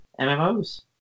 mmos